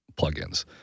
plugins